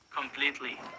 completely